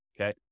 okay